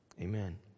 Amen